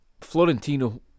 Florentino